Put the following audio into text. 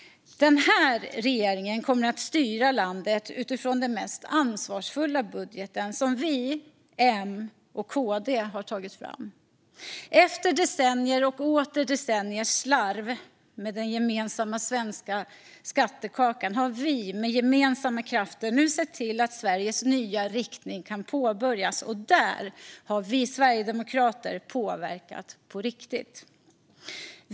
Den här regeringen kommer att styra landet utifrån den mest ansvarsfulla budgeten, alltså den som vi, M och KD har tagit fram. Efter decennier och åter decennier av slarv med den gemensamma svenska skattekakan har vi med gemensamma krafter nu sett till att Sveriges nya riktning kan påbörjas, och där har vi sverigedemokrater påverkat på riktigt.